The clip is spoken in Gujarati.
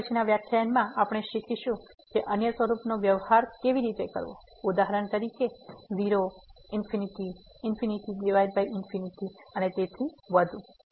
હવે પછીનાં વ્યાખ્યાનમાં આપણે શીખીશું કે અન્ય સ્વરૂપોનો વ્યવહાર કેવી રીતે કરવો ઉદાહરણ તરીકે 0 ∞∞∞ અને તેથી વધુ